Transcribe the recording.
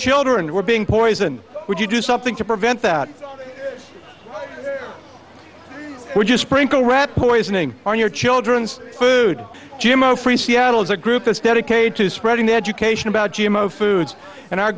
children were being poisoned would you do something to prevent that would you sprinkle rat poisoning on your children's food g m o free seattle is a group that's dedicated to spreading education about g m o foods and our